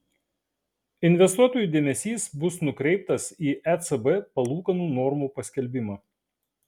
investuotojų dėmesys bus nukreiptas į ecb palūkanų normų paskelbimą